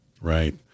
Right